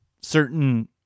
certain